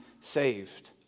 saved